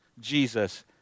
Jesus